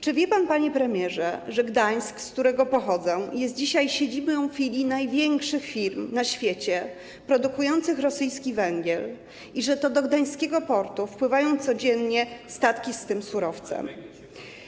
Czy wie pan, panie premierze, że Gdańsk, z którego pochodzę, jest dzisiaj siedzibą filii największych firm na świecie produkujących rosyjski węgiel i że to do gdańskiego portu wpływają codziennie statki z tym surowcem?